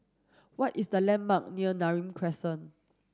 what is the landmark near Neram Crescent